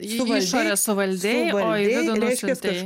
į išorę suvaldei o į vidų nusiuntei